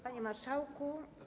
Panie Marszałku!